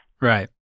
Right